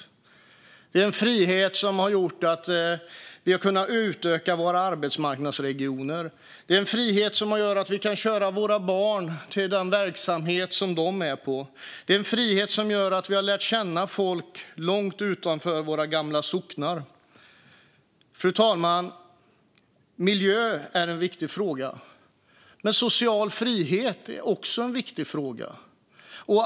Det är en frihet som har gjort att vi har kunnat utöka våra arbetsmarknadsregioner och som gör att vi kan köra våra barn till den verksamhet de ska till och att vi har lärt känna folk långt utanför våra gamla socknar. Fru talman! Miljö är en viktig fråga. Men social frihet är också en viktig fråga.